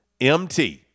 M-T